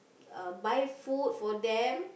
uh buy food for them